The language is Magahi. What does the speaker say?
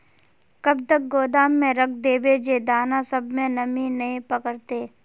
कब तक गोदाम में रख देबे जे दाना सब में नमी नय पकड़ते?